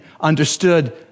understood